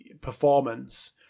performance